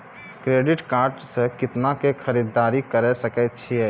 Credit card से कितना के खरीददारी करे सकय छियै?